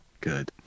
Good